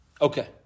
Okay